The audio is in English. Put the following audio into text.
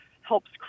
helps